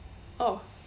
oh